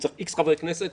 צריך X חברי כנסת,